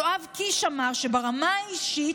יואב קיש אמר: ברמה האישית,